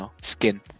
skin